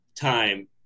time